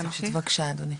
בבקשה, אדוני.